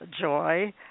*Joy*